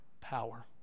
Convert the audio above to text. power